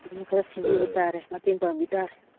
ꯅꯣꯏꯅ ꯈꯔ ꯁꯤꯟꯕꯤꯕ ꯇꯥꯔꯦ ꯃꯇꯦꯡ ꯄꯥꯡꯕꯤ ꯇꯥꯔꯦ